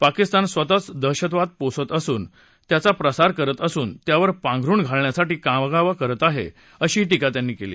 पाकिस्तान स्वतःच दहशतवाद पोसत असून त्याचा प्रसार करत असून त्यावर पांघरुन घालण्यासाठी कांगावा करत आहे अशी टीका त्यांनी केली